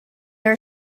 are